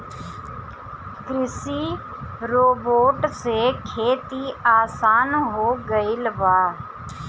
कृषि रोबोट से खेती आसान हो गइल बा